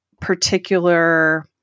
particular